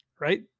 right